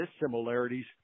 dissimilarities